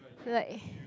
like